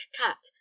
cat